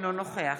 אינו נוכח